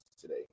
today